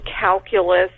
calculus